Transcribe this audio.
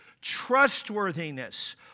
trustworthiness